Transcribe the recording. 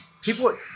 people